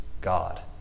God